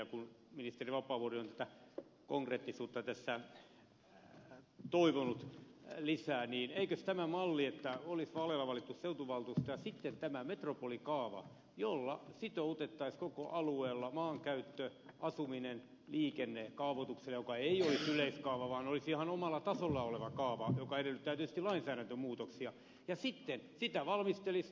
kun ministeri vapaavuori on tätä konkreettisuutta tässä toivonut lisää niin eikös tämä malli että olisi vaaleilla valittu seutuvaltuusto ja sitten tämä metropolikaava jolla sitoutettaisiin koko alueella maankäyttö asuminen liikenne kaavoitukseen joka ei olisi yleiskaava vaan olisi ihan omalla tasollaan oleva kaava mikä edellyttää tietysti lainsäädäntömuutoksia ja sitten sitä valmistelisi luottamushenkilöjoukko metropolikaavalautakunta